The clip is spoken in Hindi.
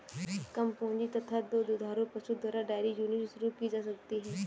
कम पूंजी तथा दो दुधारू पशु द्वारा डेयरी यूनिट शुरू की जा सकती है